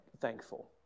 thankful